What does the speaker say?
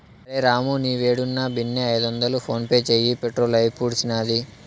అరె రామూ, నీవేడున్నా బిన్నే ఐదొందలు ఫోన్పే చేయి, పెట్రోలు అయిపూడ్సినాది